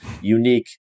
unique